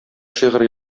шигырь